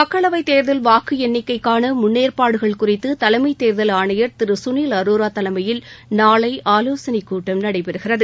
மக்களவைத் தேர்தல் வாக்கு எண்ணிக்கைக்கான முன்னேற்பாடுகள் குறித்து தலைமைத் தேர்தல் ஆணையர் திரு சுனில் அரோரா தலைமையில் நாளை ஆலோசனை கூட்டம் நடைபெறுகிறது